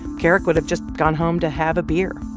kerrick would have just gone home to have a beer,